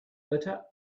bitter